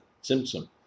symptom